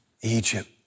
Egypt